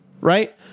Right